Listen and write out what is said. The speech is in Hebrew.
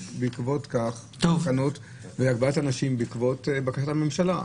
אלה תקנות להגבלת אנשים בעקבות בקשת הממשלה.